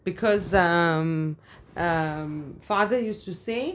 because um um father used to say